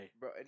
Bro